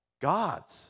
God's